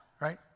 right